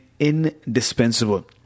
indispensable